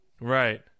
Right